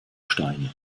steine